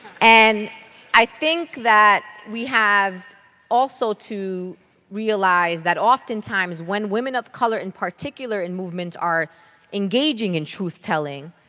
and i think that we have also to realize that oftentimes when women of color in particular in movements are engaging in truth telling,